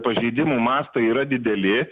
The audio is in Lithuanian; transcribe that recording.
pažeidimų mastai yra dideli